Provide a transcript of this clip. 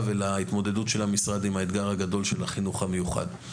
ולהתמודדות של המשרד עם האתגר הגדול של החינוך המיוחד.